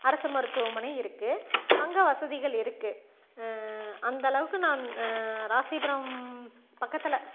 அரசு மருத்துவமனை இருக்குது அங்கே வசதிகள் இருக்குது அந்தளவுக்கு நாங் ராசிபுரம் பக்கத்தில்